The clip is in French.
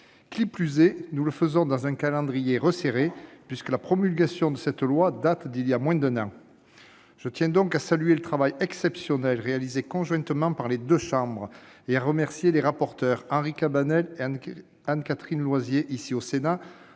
plus est, nous le faisons dans un calendrier resserré, puisque la promulgation de cette loi date d'il y a moins d'un an. Je tiens donc à saluer le travail exceptionnel réalisé conjointement par les deux chambres et à remercier les rapporteurs, Henri Cabanel et Anne-Catherine Loisier, ici au Sénat,